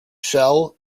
shell